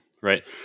right